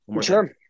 Sure